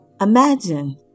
Imagine